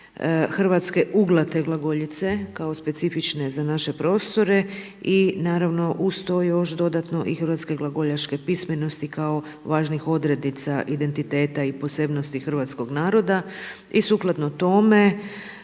hrvatske uglate glagoljice kao specifične za naše prostore i naravno uz to još dodatno i hrvatske glagoljaške pismenosti kao važnih odrednica identiteta i posebnosti hrvatskoga naroda. I sukladno tome